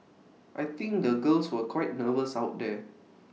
I think the girls were quite nervous out there